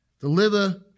Deliver